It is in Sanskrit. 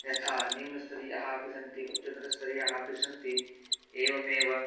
यथा निम्नस्तरीयाः अपि सन्ति उच्चतरस्तरीयाः अपि सन्ति एवमेव